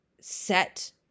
set